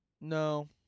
No